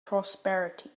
prosperity